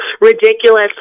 ridiculous